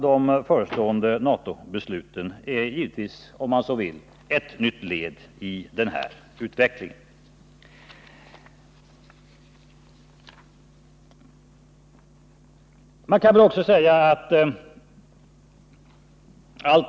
De aktuella NATO-planerna är ett nytt led i den här utvecklingen.